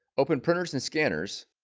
open printers and scanners